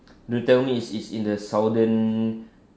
you tell me is is in the southern